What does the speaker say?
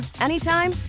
anytime